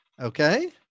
Okay